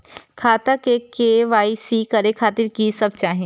खाता के के.वाई.सी करे खातिर की सब चाही?